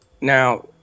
Now